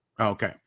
Okay